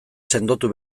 sendotu